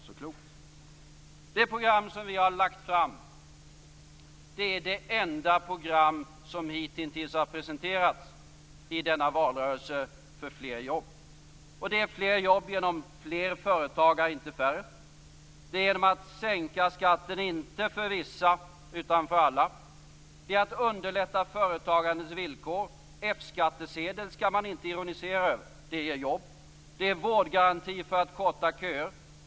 Det program för flera jobb som vi har lagt fram är det enda program som hitintills har presenterats i denna valrörelse. Det är fler jobb i fler företag - inte färre. Det är genom att sänka skatten inte för vissa men för alla. Det är att underlätta företagandets villkor. Man skall inte ironisera över F-skattesedeln. Den ger jobb. Det är vårdgaranti för att korta köer.